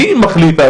מי מחליט,